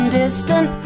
distant